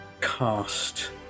cast